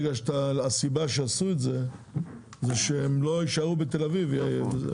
הסיבה להגבלה הזאת הייתה כדי שהם לא יישארו בתל אביב.